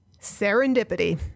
Serendipity